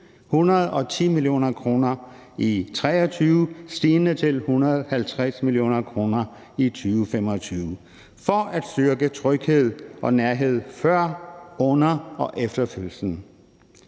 110 mio. kr. i 2023 stigende til 150 mio. kr. i 2025 for at styrke tryghed og nærhed før, under og efter fødslen.